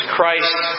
Christ